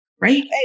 right